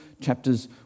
chapters